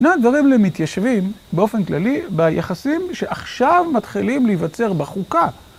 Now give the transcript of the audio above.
הנה הדברים למתיישבים, באופן כללי, ביחסים שעכשיו מתחילים להיווצר בחוקה.